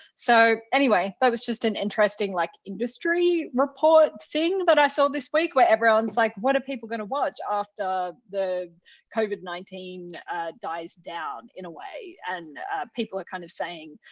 so anyway, that was just an interesting like industry report thing that i saw this week where everyone's like, what are people going to watch after the covid nineteen dies down, in a way? and people are kind of saying,